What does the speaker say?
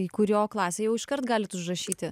į kurio klasę jau iškart galit užrašyti